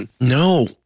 No